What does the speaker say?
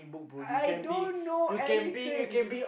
I don't know anything